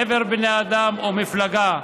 חבר בני אדם או מפלגה,